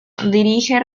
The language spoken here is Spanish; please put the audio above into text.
dirige